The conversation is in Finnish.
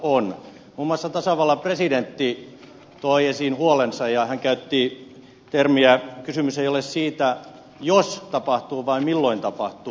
muun muassa tasavallan presidentti toi esiin huolensa ja hän käytti termiä että kysymys ei ole siitä jos tapahtuu vaan milloin tapahtuu